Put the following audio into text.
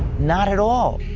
not at all.